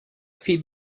feed